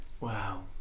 wow